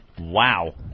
Wow